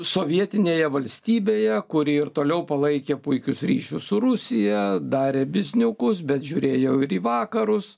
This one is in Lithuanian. sovietinėje valstybėje kuri ir toliau palaikė puikius ryšius su rusija darė bizniukus bet žiūrėjo ir į vakarus